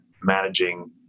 managing